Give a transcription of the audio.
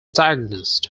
diagnosed